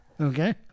Okay